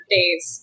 days